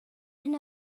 hyn